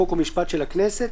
חוק ומשפט של הכנסת,